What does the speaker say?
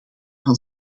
van